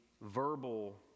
verbal